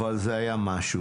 אבל זה היה משהו.